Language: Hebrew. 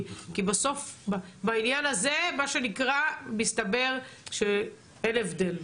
כי בסוף בענין הזה מסתבר שאין הבדל.